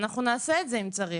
אנחנו נעשה את זה אם צריך,